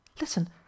Listen